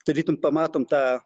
tarytum pamatom tą